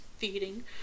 feeding